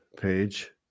page